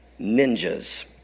ninjas